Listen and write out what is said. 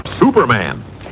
Superman